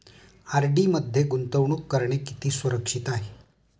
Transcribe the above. RD मध्ये गुंतवणूक करणे किती सुरक्षित आहे?